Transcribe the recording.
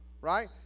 right